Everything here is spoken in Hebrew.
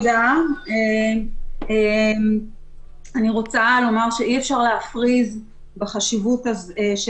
אני רוצה לומר שאי אפשר להפריז בחשיבות של